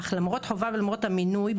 אך למרות החובה ולמרות המינוי,